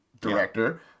director